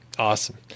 Awesome